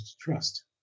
trust